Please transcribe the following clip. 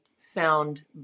found